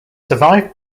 survived